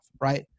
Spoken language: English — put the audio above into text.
right